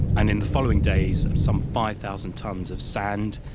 and in the following days some five thousand tonnes of sand,